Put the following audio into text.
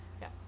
yes